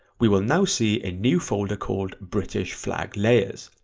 we will now see a new folder called british flag layers,